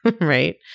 right